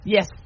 Yes